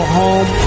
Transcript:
home